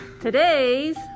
Today's